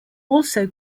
also